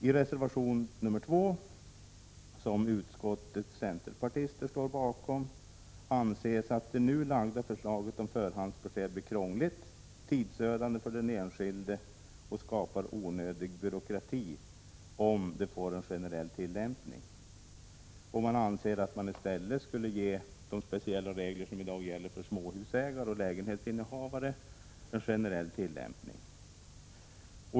I reservation nr 2, som utskottets centerpartister står bakom, anses att det nu framlagda förslaget om förhandsbesked blir krångligt och tidsödande för den enskilde och att det skapar onödig byråkrati, om det får en generell tillämpning. Man anser att de speciella regler som i dag gäller för småhusägare och lägenhetsinnehavare skulle ges en generell tillämpning.